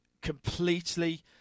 completely